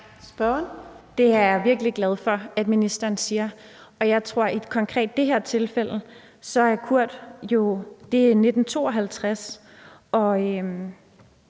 Det er jeg virkelig glad for at ministeren siger. Jeg tror, at det i det her konkrete tilfælde med Kurt foregik